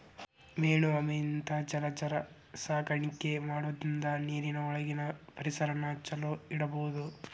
main ಆಮೆ ಇಂತಾ ಜಲಚರ ಸಾಕಾಣಿಕೆ ಮಾಡೋದ್ರಿಂದ ನೇರಿನ ಒಳಗಿನ ಪರಿಸರನ ಚೊಲೋ ಇಡಬೋದು